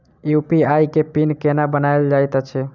UPI केँ pin केना बनायल जाइत अछि